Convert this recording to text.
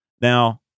Now